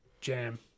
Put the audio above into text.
Jam